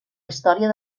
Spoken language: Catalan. història